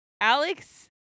Alex